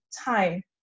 time